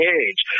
age